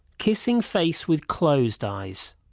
kissing face with closed eyes.